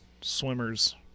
swimmers